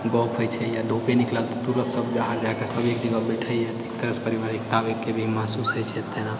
गप हइ छै या धूपे निकलल तऽतुरत सब जहाँ जाए कऽ सब एक जगह बैठैए तऽएक तरहसँ पारिवारिकताके भी महसूस होइ छै तेना